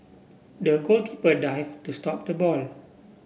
the goalkeeper dive to stop the ball